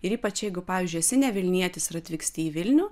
ir ypač jeigu pavyzdžiui esi ne vilnietis ir atvyksti į vilnių